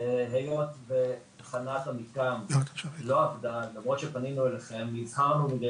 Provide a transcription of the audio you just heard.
היות ותחנת המדגם לא עבדה וזאת למרות שפנינו אליכם והזהרנו.